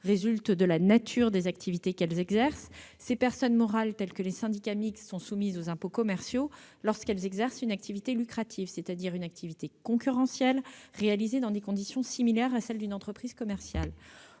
résulte de la nature des activités qu'elles exercent. Ainsi, ces personnes morales, telles que les syndicats mixtes, sont soumises aux impôts commerciaux lorsqu'elles exercent une activité lucrative, c'est-à-dire une activité concurrentielle réalisée dans des conditions similaires à celles qui président